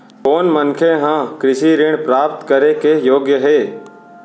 कोन मनखे ह कृषि ऋण प्राप्त करे के योग्य हे?